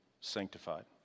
sanctified